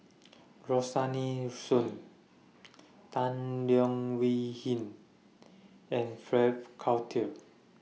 Rosaline Soon Tan Leo Wee Hin and Frank Cloutier